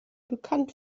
bekannt